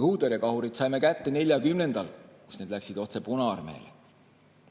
Õhutõrjekahurid saime kätte 1940 ja need läksid otse Punaarmeele.